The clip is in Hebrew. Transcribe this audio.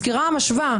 הסקירה המשווה,